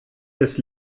des